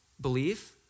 believe